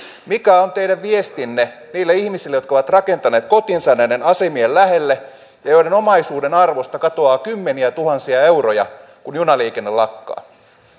mikä on teidän viestinne niille ihmisille jotka ovat rakentaneet kotinsa näiden asemien lähelle ja joiden omaisuuden arvosta katoaa kymmeniätuhansia euroja kun junaliikenne lakkaa